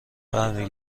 برمی